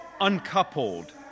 uncoupled